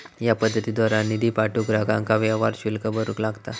या पद्धतीद्वारा निधी पाठवूक ग्राहकांका व्यवहार शुल्क भरूक लागता